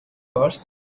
farce